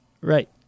right